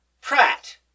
Pratt